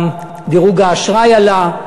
דירוג האשראי עלה.